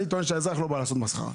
אני טוען שהאזרח לא בא לעשות מסחרה.